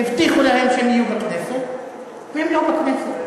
הבטיחו להם שהם יהיו בכנסת, והם לא בכנסת.